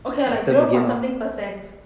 okay ah like zero point something percent